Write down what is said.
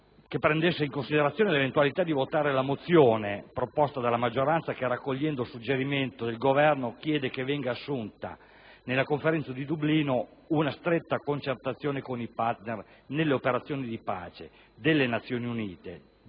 di prendere in considerazione l'eventualità di votare la mozione proposta dalla maggioranza che, raccogliendo il suggerimento del Governo, chiede che venga assunta nella Conferenza di Dublino, sulla base di una stretta concertazione con i *partner* nelle operazioni di pace delle Nazioni Unite,